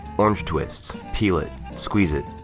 orange twist. peel it, squeeze it,